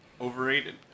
Overrated